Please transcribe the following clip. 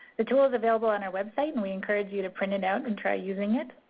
the tool is available on our website, and we encourage you to print it out and try using it.